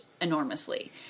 enormously